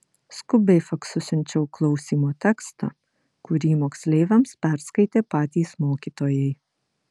skubiai faksu siunčiau klausymo tekstą kurį moksleiviams perskaitė patys mokytojai